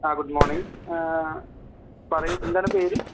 ആ good morning പറയൂ എന്താണ് പേര്